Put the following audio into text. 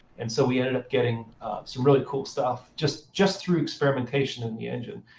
and so we ended up getting some really cool stuff, just just through experimentation in the engine.